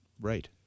Right